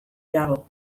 dago